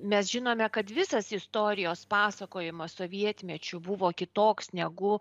mes žinome kad visas istorijos pasakojimas sovietmečiu buvo kitoks negu